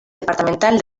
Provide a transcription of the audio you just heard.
departamental